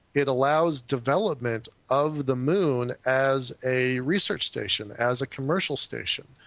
it allows development of the moon as a research station, as a commercial station.